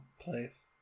place